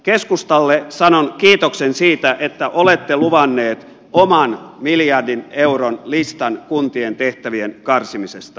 keskustalle sanon kiitoksen siitä että olette luvanneet oman miljardin euron listan kuntien tehtävien karsimisesta